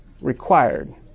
required